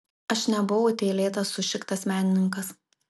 aš nebuvau utėlėtas sušiktas menininkas